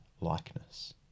likeness